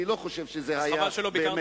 אני לא חושב שזה היה באמת,